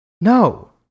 No